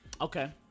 Okay